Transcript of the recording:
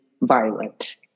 violent